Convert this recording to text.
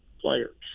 players